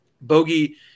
Bogey